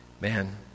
Man